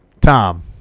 Tom